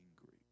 angry